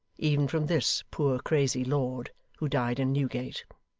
even from this poor crazy lord who died in newgate.